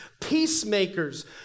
peacemakers